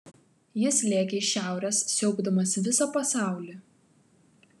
jis lėkė iš šiaurės siaubdamas visą pasaulį